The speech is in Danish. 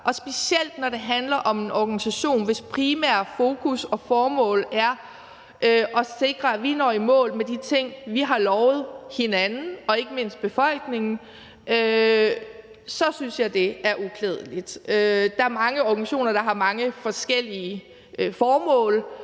Og specielt når det handler om en organisation, hvis primære fokus og formål er at sikre, at vi når i mål med de ting, vi har lovet hinanden og ikke mindst befolkningen, så synes jeg det er uklogt. Der er mange organisationer, der har mange forskellige formål,